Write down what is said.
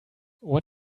what